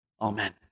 Amen